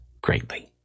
greatly